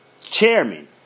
chairman